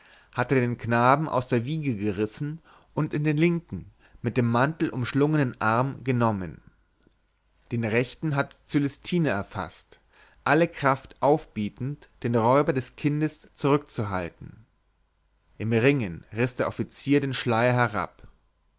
hatte den knaben aus der wiege gerissen und in den linken mit dem mantel umschlungenen arm genommen den rechten hatte cölestine erfaßt alle kraft aufbietend den räuber des kindes zurückzuhalten im ringen riß der offizier den schleier herab